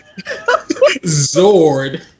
zord